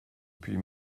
puis